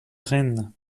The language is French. rennes